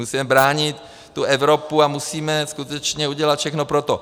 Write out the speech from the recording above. Musíme bránit Evropu a musíme skutečně udělat všechno pro to.